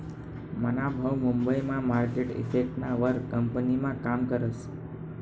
मना भाऊ मुंबई मा मार्केट इफेक्टना वर कंपनीमा काम करस